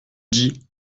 dit